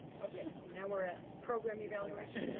okay, now we're at program evaluation.